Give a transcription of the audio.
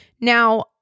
Now